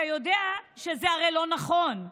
אתה הרי יודע שזה לא נכון.